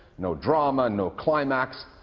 no drama, no climax,